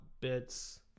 bits